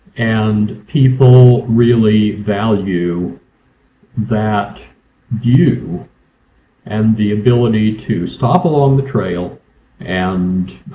and people really value that view and the ability to stop along the trail and